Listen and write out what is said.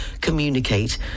communicate